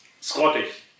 Scottish